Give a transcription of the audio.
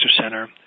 center